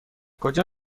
کجا